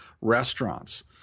restaurants